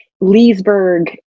Leesburg